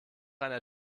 einer